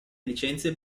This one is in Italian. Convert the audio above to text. licenze